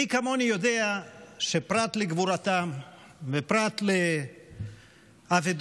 מי כמוני יודע שפרט לגבורתם ופרט לאבדות,